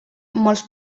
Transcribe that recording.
molts